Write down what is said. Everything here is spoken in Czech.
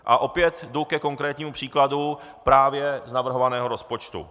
A opět jdu ke konkrétnímu příkladu právě z navrhovaného rozpočtu.